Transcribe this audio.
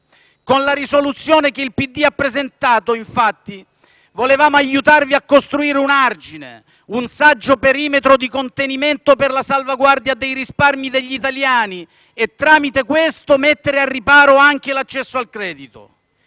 Con la risoluzione che il PD ha presentato, volevamo aiutarvi a costruire un argine, un saggio perimetro di contenimento per la salvaguardia dei risparmi degli italiani, e, tramite questo, mettere al riparo anche l'accesso al credito,